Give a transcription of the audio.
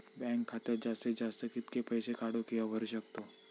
Bank खात्यात जास्तीत जास्त कितके पैसे काढू किव्हा भरू शकतो?